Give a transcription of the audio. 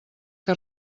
que